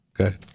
Okay